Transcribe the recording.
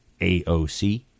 AOC